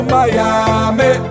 Miami